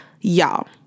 Y'all